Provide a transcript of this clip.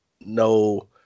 no